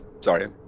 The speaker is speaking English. Sorry